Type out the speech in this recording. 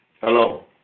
Hello